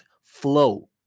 Flow